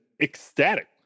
Ecstatic